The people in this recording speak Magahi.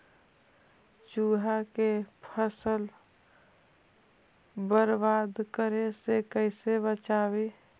चुहा के फसल बर्बाद करे से कैसे बचाबी?